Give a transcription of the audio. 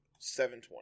720